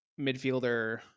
midfielder